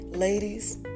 Ladies